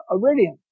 Iridium